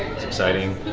it's exciting,